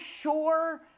sure